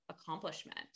accomplishment